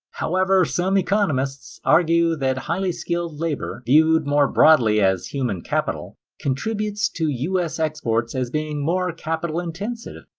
however, some economists argue that highly-skilled labor, viewed more broadly as human capital, contributes to us exports as being more capital intensive,